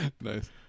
Nice